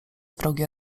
wrogie